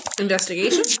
investigation